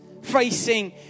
facing